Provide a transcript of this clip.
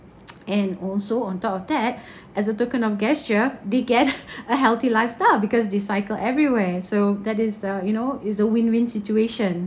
and also on top of that as a token of gesture they get a healthy lifestyle because they cycle everywhere so that is a you know it's a win win situation